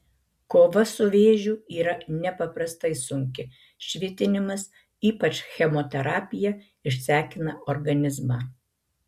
kova su vėžiu yra nepaprastai sunki švitinimas ypač chemoterapija išsekina organizmą